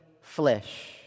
flesh